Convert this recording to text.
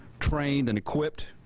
trained and equipped.